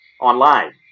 online